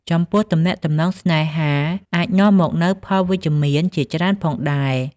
ចំពោះទំនាក់ទំនងស្នេហាអាចនាំមកនូវ ផលវិជ្ជមាន ជាច្រើនផងដែរ។